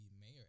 mayor